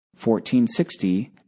1460